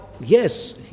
yes